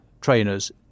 trainers